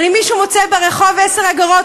אבל אם מישהו מוצא ברחוב 10 אגורות,